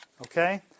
Okay